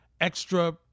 extra